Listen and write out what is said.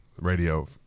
Radio